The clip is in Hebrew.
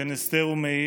בן בוריס בנימין וליליה,